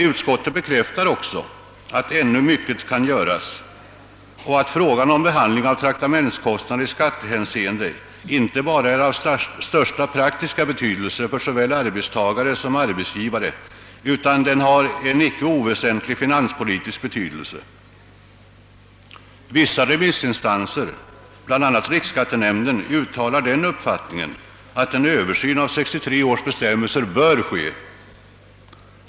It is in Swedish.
Utskottet bekräftar emellertid att mycket ännu kan göras och att frågan om behandlingen av traktamentskostnader i skattehänseende inte bara är av största praktiska betydelse för såväl arbetstagare som arbetsgivare utan även har en icke oväsentlig finanspolitisk betydelse. Vissa remissinstanser, bl.a. riksskattenämnden, uttalar den uppfattningen att en översyn av 1963 års bestämmelser bör göras.